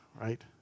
right